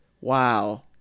wow